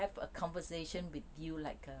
have a conversation with you like a